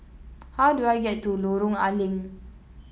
how do I get to Lorong A Leng